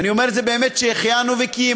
ואני אומר את זה באמת: שהחיינו וקיימנו